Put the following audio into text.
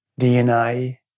DNA